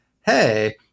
hey